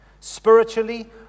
Spiritually